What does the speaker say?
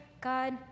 God